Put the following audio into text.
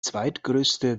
zweitgrößte